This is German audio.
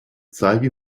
zeige